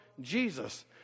Jesus